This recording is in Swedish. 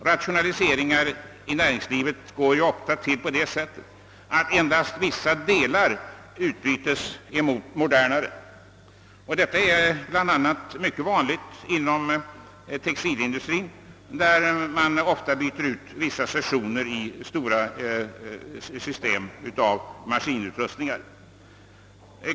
Rationaliseringar i näringslivet går ju ofta till på det sättet, att endast vissa delar utbyts mot modernare. Detta är mycket vanligt, bl.a. inom textilindustrin, där vissa sektioner i stora system av maskinutrustningar byts ut.